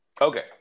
Okay